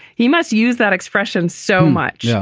he must use that expression so much. yeah